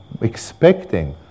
expecting